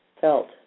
felt